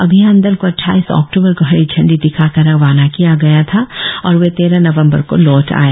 अभियान दल को अट्ठाईस अक्टूबर को हरी झंडी दिखाकर रवाना किया गया था और वे तेरह नवंबर को लौट आए